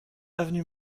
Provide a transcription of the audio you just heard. avenue